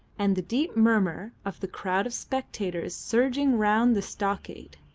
and the deep murmur of the crowd of spectators surging round the stockade.